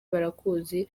barakuzi